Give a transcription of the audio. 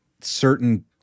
certain